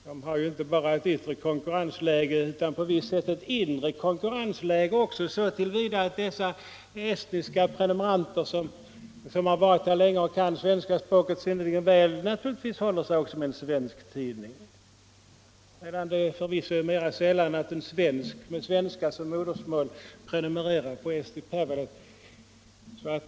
Denna tidning har inte bara ett yttre konkurrensläge utan på visst sätt ett inre konkurrensläge, så till vida att de estniska prenumeranter som har varit i Sverige länge och kan svenska språket synnerligen bra naturligtvis också håller sig med en svensk tidning, medan det förvisso är mera sällan som en person med svenska som modersmål prenumererar på Eesti Päevaleht.